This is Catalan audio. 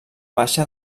baixa